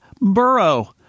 Burrow